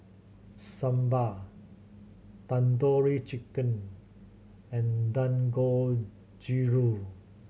Sambar Tandoori Chicken and Dangojiru